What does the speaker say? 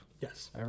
Yes